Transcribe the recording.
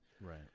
right